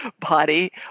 body